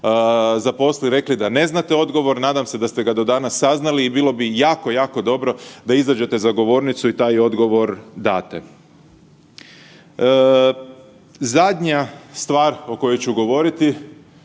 zaposli, rekli da ne znate odgovor, nadam se da ste ga do danas saznali i bilo bi jako, jako dobro da izađete za govornicu i taj odgovor date. Zadnja stvar o kojoj ću govoriti,